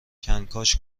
کنکاش